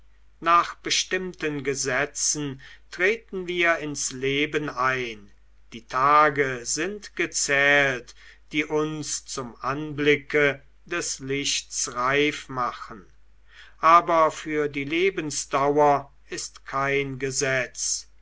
nach bestimmten gesetzen treten wir ins leben ein die tage sind gezählt die uns zum anblicke des lichts reif machen aber für die lebensdauer ist kein gesetz